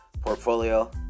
portfolio